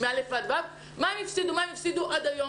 הם צריכים לקבל.